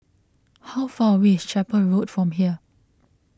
how far away is Chapel Road from here